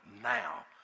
now